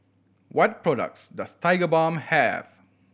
what products does Tigerbalm have